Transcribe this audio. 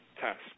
task